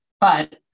but-